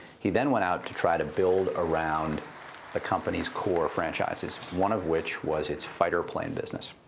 he then went out to try to build around the company's core franchises, one of which was its fighter plane business.